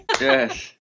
Yes